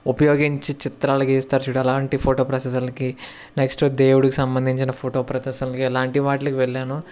ఉపయోగించి చిత్రాలు గీస్తారు చూడు అలాంటి ఫోటో ప్రదర్శనలకి నెక్స్ట్ దేవుడికి సంబంధించిన ఫోటో ప్రదర్శనలకి ఇలాంటి వాటిలకి వెళ్ళాను